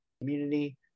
community